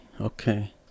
okay